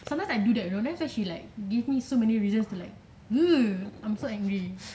sometimes I do that you know then she be like give me so many reasons to like oh I'm so angry